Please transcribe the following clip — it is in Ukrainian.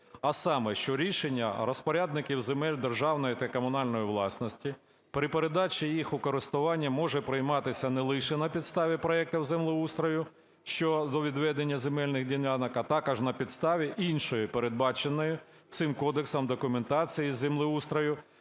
а саме, що рішення розпорядників земель державної та комунальної власності при передачі їх у користування може прийматися не лише на підставі проектів землеустрою щодо відведення земельних ділянок, а також на підставі іншої передбаченої цим кодексом документації із землеустрою,